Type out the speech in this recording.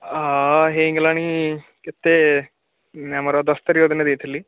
ହଁ ହେଇଗଲାଣି କେତେ ଆମର ଦଶ ତାରିଖ ଦିନ ଦେଇଥିଲି